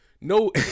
no